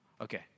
Okay